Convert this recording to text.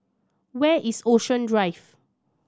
where is Ocean Drive